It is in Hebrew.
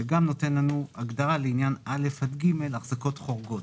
שגם נותנת לנו הגדרה לעניין פסקאות (א) עד (ג) "החזקות חורגות".